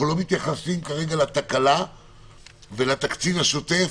אנחנו לא מתייחסים כרגע לתקלה ולתקציב השוטף,